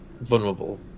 Vulnerable